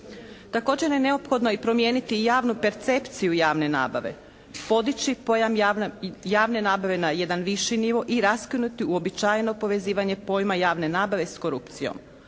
Također je neophodno i promijeniti javnu percepciju javne nabave, podići pojam javne nabave na jedan viši nivo i raskinuti uobičajeno povezivanje pojma javne nabave s korupcijom.